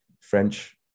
French